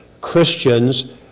Christians